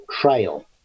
trail